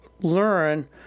learn